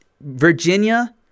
Virginia